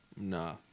Nah